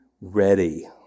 ready